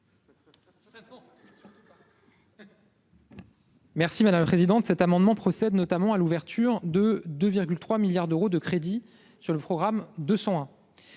Merci madame la présidente, cet amendement procède notamment à l'ouverture de 2,3 milliards d'euros de crédits sur le programme de